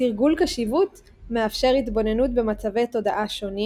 תרגול קשיבות מאפשר התבוננות במצבי תודעה שונים